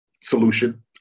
solution